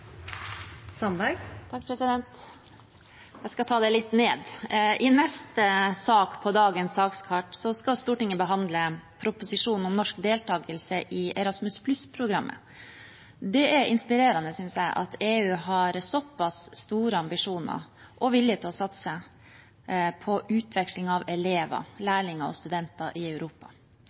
Jeg skal ta det litt ned. I neste sak på dagens kart skal Stortinget behandle proposisjonen om norsk deltakelse i Erasmus+-programmet. Jeg synes det er inspirerende at EU har såpass store ambisjoner og vilje til å satse på utveksling av elever, lærlinger og studenter i Europa.